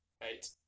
right